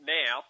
now